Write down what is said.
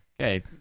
Okay